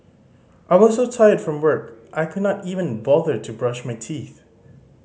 I was so tired from work I could not even bother to brush my teeth